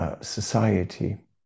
society